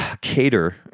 Cater